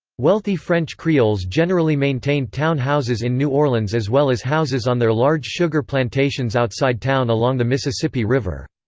wealthy french creoles generally maintained town houses in new orleans as well as houses on their large sugar plantations outside town along the mississippi river.